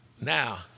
Now